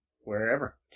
wherever